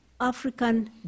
African